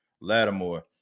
Lattimore